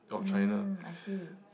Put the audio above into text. mm I see